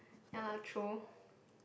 ya lah true